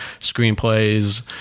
screenplays